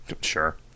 Sure